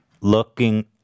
looking